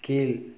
கீழ்